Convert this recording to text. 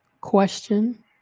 question